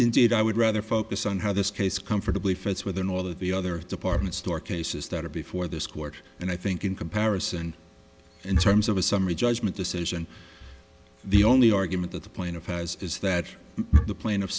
indeed i would rather focus on how this case comfortably fits within all of the other department store cases that are before this court and i think in comparison in terms of a summary judgment decision the only argument that the plaintiff has is that the pla